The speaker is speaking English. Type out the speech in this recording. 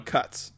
Cuts